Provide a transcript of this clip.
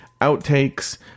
outtakes